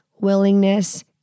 willingness